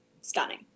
stunning